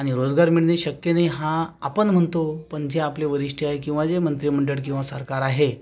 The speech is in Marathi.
आणि रोजगार मिळणे शक्य नाही हा आपण म्हणतो पण जे आपले वरिष्ठ आहे किंवा जे मंत्रिमंडळ किंवा सरकार आहे